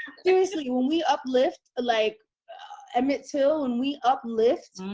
seriously, when we uplift like emmett till and we uplift